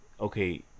okay